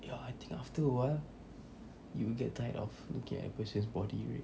ya I think after awhile you will get tired of looking at a person's body